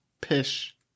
pish